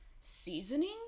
seasoning